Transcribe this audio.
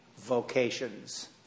vocations